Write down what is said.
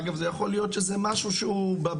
אגב זה יכול להיות משהו שהוא בחינוך,